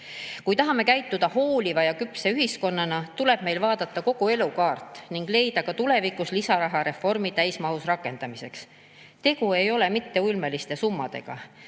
Kui tahame käituda hooliva ja küpse ühiskonnana, tuleb meil vaadata kogu elukaart ning leida ka tulevikus lisaraha reformi täismahus rakendamiseks. Tegu ei ole ulmeliste summadega.